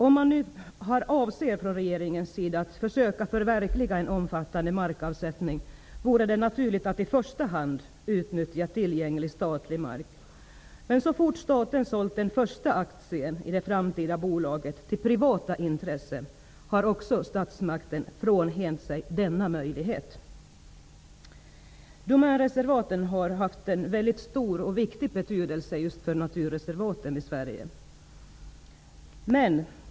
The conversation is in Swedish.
Om nu regeringen avser att försöka att förverkliga en omfattande markavsättning, vore det naturligt att i första hand utnyttja tillgänglig statlig mark. Men så fort staten sålt den första aktien i det framtida bolaget till privata intressen har också statsmakten frånhänt sig denna möjlighet. Domänreservaten har haft en väldigt stor och viktig betydelse just för naturreservaten i Sverige.